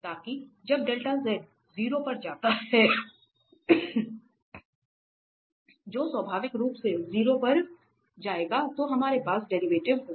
ताकि जब Δ𝑧 0 पर जाता है जो स्वाभाविक रूप से 0 पर जाएगा तो हमारे पास डेरिवेटिव होगा